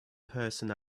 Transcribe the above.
person